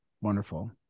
wonderful